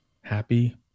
happy